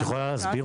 את יכולה להסביר?